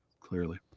Clearly